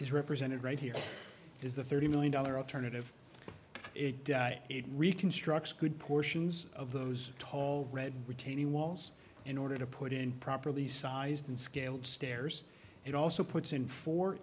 is represented right here is the thirty million dollar alternative reconstructs good portions of those tall red retaining walls in order to put in properly sized and scaled stairs it also puts in fo